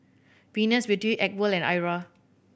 Venus Beauty Acwell and Iora